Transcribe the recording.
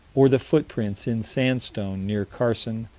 or the footprints, in sandstone, near carson,